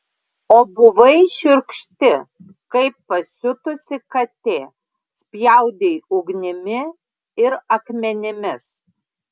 o buvai šiurkšti kaip pasiutusi katė spjaudei ugnimi ir akmenimis